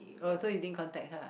oh so you didn't contact her ah